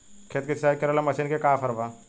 खेत के सिंचाई करेला मशीन के का ऑफर बा?